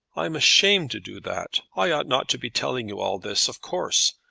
i'm ashamed to do that. i ought not to be telling you all this, of course.